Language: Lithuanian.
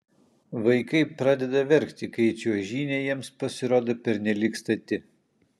vaikai pradeda verkti kai čiuožynė jiems pasirodo pernelyg stati